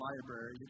library